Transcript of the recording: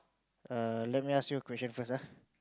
err let me ask you a question first ah